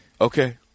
Okay